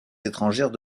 étrangères